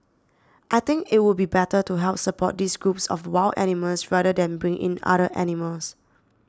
I think it would be better to help support these groups of wild animals rather than bring in other animals